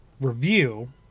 review